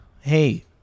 hey